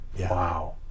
Wow